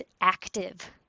active